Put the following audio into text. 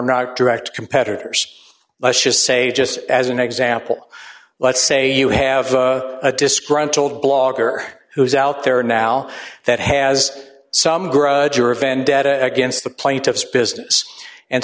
not direct competitors let's just say just as an example let's say you have a disgruntled blogger who is out there now that has some grudge or a vendetta against the plaintiff's business and